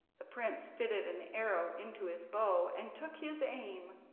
the prince fitted an arrow into his bow and took his aim,